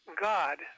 God